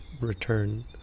return